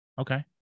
Okay